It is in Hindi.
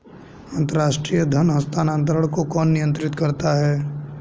अंतर्राष्ट्रीय धन हस्तांतरण को कौन नियंत्रित करता है?